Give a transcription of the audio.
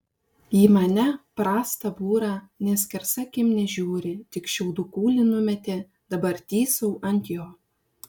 į mane prastą būrą nė skersa akim nežiūri tik šiaudų kūlį numetė dabar tysau ant jo